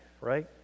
right